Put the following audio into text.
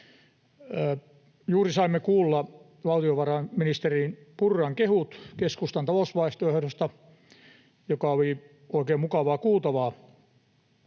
Juuri saimme kuulla valtiovarainministeri Purran kehut keskustan talousvaihtoehdosta, mikä oli oikein mukavaa kuultavaa.